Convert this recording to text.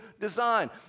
design